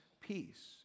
peace